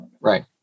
Right